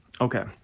Okay